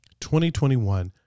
2021